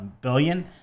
billion